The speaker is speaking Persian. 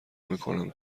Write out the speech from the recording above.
میکنم